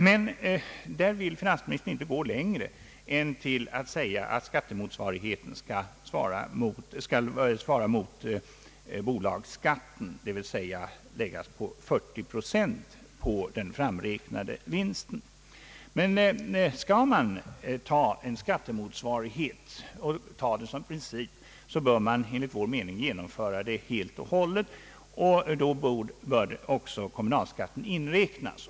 Därvidlag vill finansministern inte gå längre än till att säga att skattemotsvarigheten skall svara mot bolagsskatten, d. v. s. 40 procent av den framräknade vinsten. Skall man ta en skattemotsvarighet som princip bör man enligt vår mening genomföra den helt, och då bör även kommunalskatten inräknas.